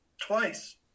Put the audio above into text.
twice